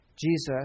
Jesus